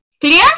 Clear